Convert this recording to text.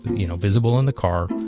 you know, visible in the car,